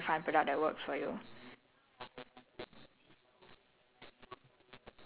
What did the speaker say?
ya sure just just stick to it because it's really very hard and very rare to find product that works for you